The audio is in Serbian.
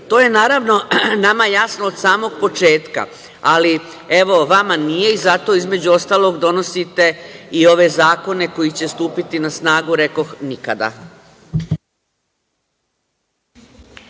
EU.To je, naravno, nama jasno od samog početka, ali vama nije i zato donosite i ove zakone koji će stupiti na snagu, rekoh nikada.